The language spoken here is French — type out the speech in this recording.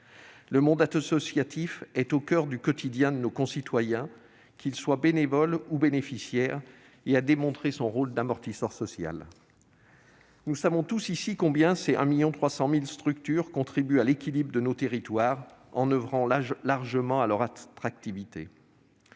Le monde associatif est au coeur du quotidien de nos concitoyens, qu'ils soient bénévoles ou bénéficiaires. Il a démontré son rôle d'amortisseur social. Nous savons tous ici combien ces 1,3 million de structures contribuent à l'équilibre de nos territoires, en oeuvrant largement à leur attractivité.